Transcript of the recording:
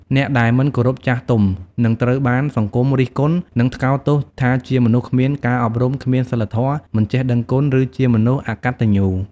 អ្នកដែលមិនគោរពចាស់ទុំ នឹងត្រូវបានសង្គមរិះគន់ និងថ្កោលទោសថាជាមនុស្សគ្មានការអប់រំ គ្មានសីលធម៌ មិនចេះដឹងគុណ ឬជាមនុស្សអកត្តញ្ញូ។